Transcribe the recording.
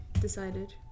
decided